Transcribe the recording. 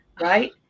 right